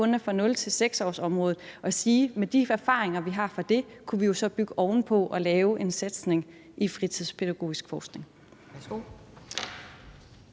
for 0-6-årsområdet, og sige, at med de her erfaringer, vi har fra det, kunne vi så bygge ovenpå og lave en satsning i fritidspædagogisk forskning?